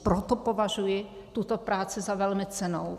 Proto považuji tuto práci za velmi cennou.